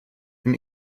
and